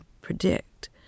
predict